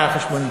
זה על חשבוני.